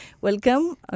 Welcome